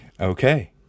Okay